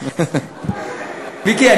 מיקי,